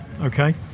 okay